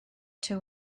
two